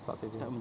start saving